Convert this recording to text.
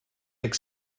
deg